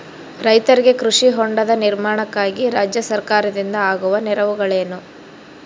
ರೈತರಿಗೆ ಕೃಷಿ ಹೊಂಡದ ನಿರ್ಮಾಣಕ್ಕಾಗಿ ರಾಜ್ಯ ಸರ್ಕಾರದಿಂದ ಆಗುವ ನೆರವುಗಳೇನು?